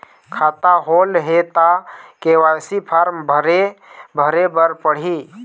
खाता होल्ड हे ता के.वाई.सी फार्म भरे भरे बर पड़ही?